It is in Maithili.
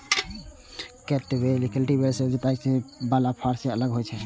कल्टीवेटर खेत जोतय बला फाड़ सं अलग होइ छै